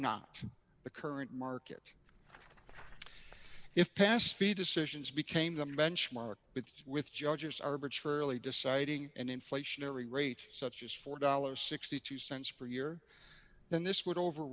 not the current market if past fee decisions became the benchmark it's with judges arbitrarily deciding an inflationary rate such as four dollars sixty two cents per year then this would